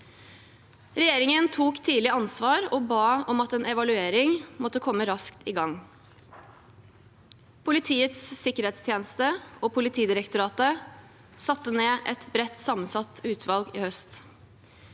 Regjeringen tok tidlig ansvar og ba om at en evaluering måtte komme raskt i gang. Politiets sikkerhetstjeneste, PST, og Politidirektoratet satte ned et bredt sammensatt utvalg i høst.